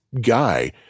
guy